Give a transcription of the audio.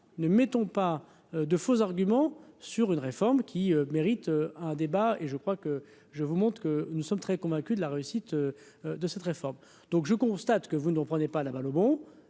ne mettons pas de faux arguments sur une réforme. Qui mérite un débat et je crois que je vous montre que nous sommes très convaincus de la réussite de cette réforme donc je constate que vous ne comprenez pas la balle au bond,